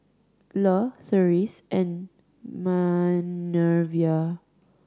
Le Therese and Manervia